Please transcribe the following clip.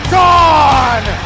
gone